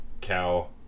cow